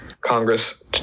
Congress